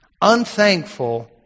unthankful